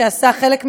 שעשה חלק מהעבודה,